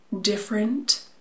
different